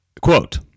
Quote